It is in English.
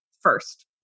first